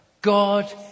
God